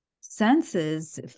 senses